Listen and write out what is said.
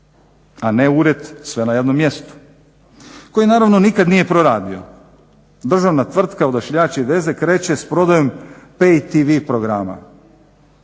a ne ured sve na jednom mjestu koji naravno nikad nije proradio. Državna tvrtka Odašiljači i veze kreće s prodajom pay tv programa